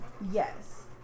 Yes